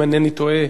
אם אינני טועה,